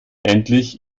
endlich